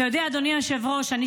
אתה יודע, אדוני היושב-ראש, אני